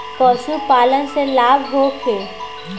पशु पालन से लाभ होखे?